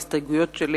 ההסתייגויות שלי